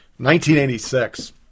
1986